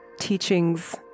teachings